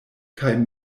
kaj